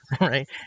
right